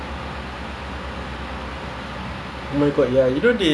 is getting filled out like quite fast ah then they go through